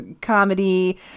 comedy